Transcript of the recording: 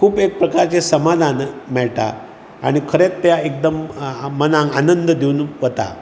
खूब एक प्रकारचें समाधान मेळटा आणी खरेंच तें एकदम मनाक आनंद दिवन वता